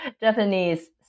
Japanese